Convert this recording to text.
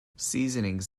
seasonings